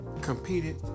competed